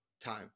time